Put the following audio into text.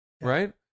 right